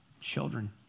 children